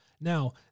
Now